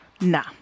Nah